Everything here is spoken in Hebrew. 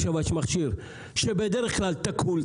שם יש מכונה בדרך כלל תקולה.